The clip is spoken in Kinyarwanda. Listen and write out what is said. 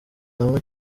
hamwe